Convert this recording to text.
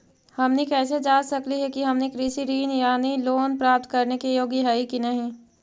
हमनी कैसे जांच सकली हे कि हमनी कृषि ऋण यानी लोन प्राप्त करने के योग्य हई कि नहीं?